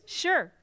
sure